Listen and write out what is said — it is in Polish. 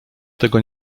tego